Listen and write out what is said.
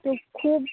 तें खूब